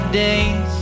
days